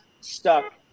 stuck